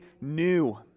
new